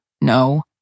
No